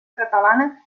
catalana